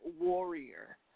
warrior